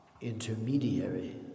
intermediary